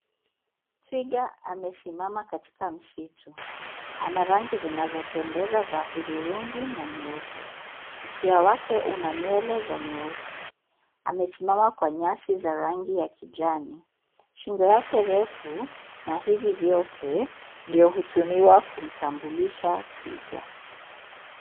Twiga amesimama katika msitu, ana rangi zinazopendeza za hudhurungi na nyeupe. Mkia wake una nywele zenye nyeusi amesimama kwa nyasi za rangi ya kijani, shingo yake refu na hivi vyote ndio hutumiwa kumtambulisha twiga.